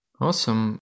Awesome